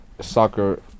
soccer